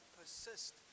persist